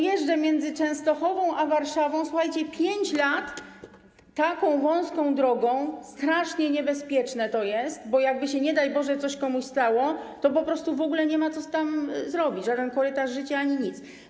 Jeżdżę między Częstochową a Warszawą, słuchajcie, 5 lat taką wąską drogą, strasznie niebezpieczne to jest, bo jakby się nie daj Boże coś komuś stało, to po prostu w ogóle nie można niczego tam zrobić, żaden korytarz życia ani nic.